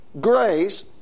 grace